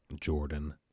Jordan